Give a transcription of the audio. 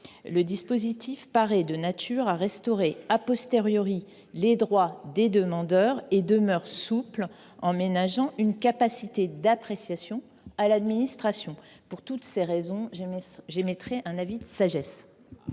le dispositif paraît de nature à restaurer les droits des demandeurs et demeure souple, en ménageant une capacité d’appréciation à l’administration. Pour toutes ces raisons, sur cet amendement,